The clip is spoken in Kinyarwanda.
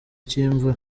cy’imvura